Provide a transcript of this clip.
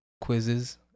quizzes